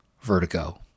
Vertigo